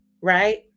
right